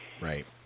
Right